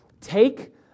take